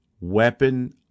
weapon